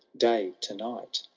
day to night.